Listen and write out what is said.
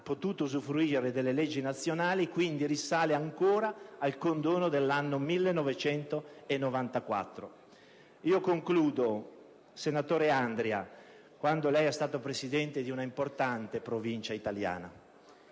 potuto beneficiare delle leggi nazionali e che quindi fa riferimento ancora al condono dell'anno 1994. Concludo. Senatore Andria, lei è stato presidente di una importante Provincia italiana.